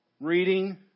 reading